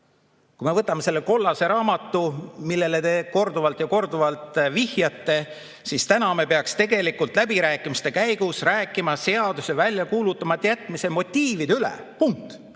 Kui me võtame selle kollase raamatu, millele te korduvalt ja korduvalt vihjate, siis täna me peaks tegelikult läbirääkimiste käigus rääkima seaduse väljakuulutamata jätmise motiivide üle. Punkt.